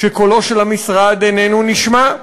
שקולו של המשרד איננו נשמע,